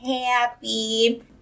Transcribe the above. happy